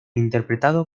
interpretado